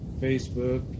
Facebook